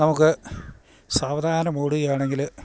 നമുക്ക് സാവധാനമോടുകയാണെങ്കില്